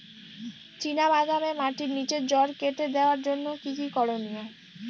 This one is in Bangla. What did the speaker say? চিনা বাদামে মাটির নিচে জড় কেটে দেওয়ার জন্য কি কী করনীয়?